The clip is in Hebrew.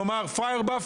כלומר פראייר בא,